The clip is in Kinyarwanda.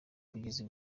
bugizi